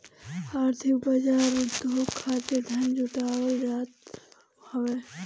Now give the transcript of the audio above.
आर्थिक बाजार उद्योग खातिर धन जुटावल जात हवे